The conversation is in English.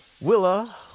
Willa